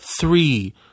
three